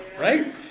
Right